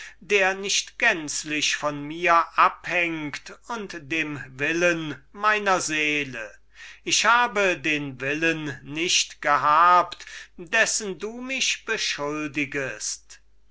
der nicht gänzlich von mir abhängt und dem willen meiner seele ich habe den willen nicht gehabt dessen du mich beschuldigest